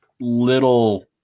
little